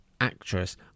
actress